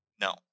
No